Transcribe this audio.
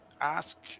ask